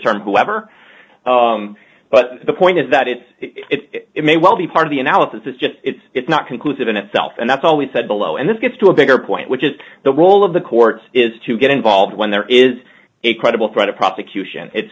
term whoever but the point is that it it may well be part of the analysis is just it's not conclusive in itself and that's always said below and this gets to a bigger point which is the role of the courts is to get involved when there is a credible threat of prosecution it's